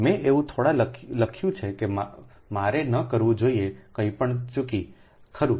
મેં એવું થોડા લખ્યું છે કે મારે ન કરવું જોઈએ કંઈપણ ચૂકી ખરું